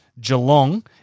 Geelong